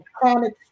chronic